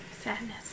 Sadness